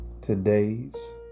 Today's